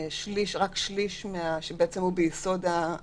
שרק שליש מהאנשים,